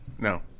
No